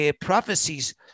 Prophecies